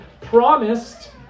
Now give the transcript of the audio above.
promised